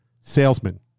Salesman